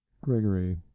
Gregory